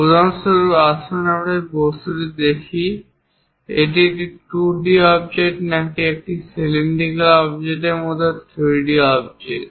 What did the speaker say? উদাহরণস্বরূপ আসুন আমরা এই বস্তুটি দেখি এটি একটি 2d অবজেক্ট নাকি একটি সিলিন্ডিকাল অবজেক্টের মত 3d অবজেক্ট